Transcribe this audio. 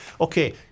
Okay